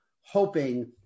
hoping